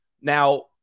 Now